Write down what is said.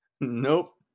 Nope